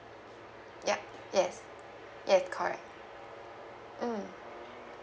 ya yes yes correct mm